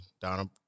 Donald